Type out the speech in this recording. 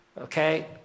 Okay